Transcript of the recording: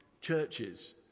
churches